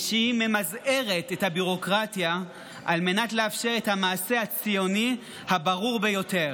והיא ממזערת את הביורוקרטיה על מנת לאפשר את המעשה הציוני הברור ביותר,